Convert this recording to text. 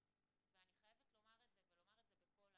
ואני חייבת לומר את זה ולומר את זה בקול,